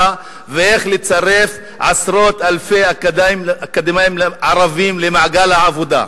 ואיך לצרף עשרות אלפי אקדמאים ערבים למעגל העבודה,